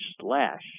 slash